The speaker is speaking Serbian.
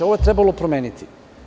Ovo je trebalo promeniti.